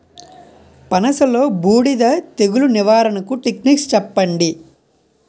పనస లో బూడిద తెగులు నివారణకు టెక్నిక్స్ చెప్పండి?